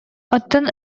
оттон